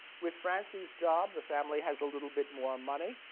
with francine's job, the family has a little bit more money.